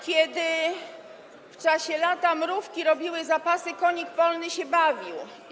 Kiedy w czasie lata mrówki robiły zapasy, konik polny się bawił.